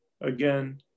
again